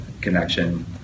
connection